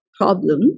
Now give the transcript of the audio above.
problem